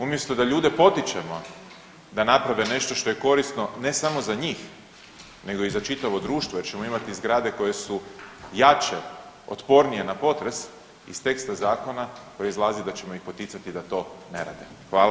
Umjesto da ljude potičemo da naprave nešto što je korisno ne samo za njih nego i za čitavo društvo jer ćemo imati zgrade koje su jače i otpornije na potres iz teksta zakona proizlazi da ćemo ih poticati da to ne rade.